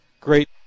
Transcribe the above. great